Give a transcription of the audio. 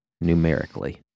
numerically